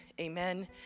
amen